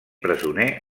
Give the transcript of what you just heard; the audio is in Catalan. presoner